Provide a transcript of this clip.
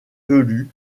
velues